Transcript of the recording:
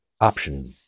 Option